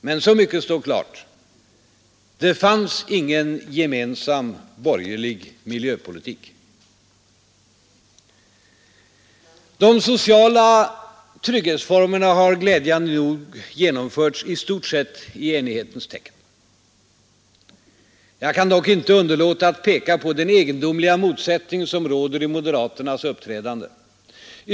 Men så mycket står klart: Det fanns ingen gemensam borgerlig miljöpolitik. De sociala trygghetsreformerna har glädjande nog genomförts i stort sett i enighetens tecken. Jag kan dock inte underlåta att peka på den egendomliga motsättningen som råder i moderaternas uppträdande.